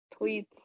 tweets